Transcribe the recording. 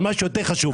אבל מה שיותר חשוב,